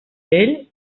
ell